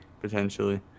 potentially